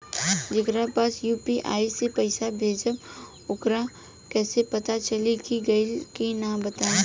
जेकरा पास यू.पी.आई से पईसा भेजब वोकरा कईसे पता चली कि गइल की ना बताई?